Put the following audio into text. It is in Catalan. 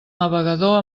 navegador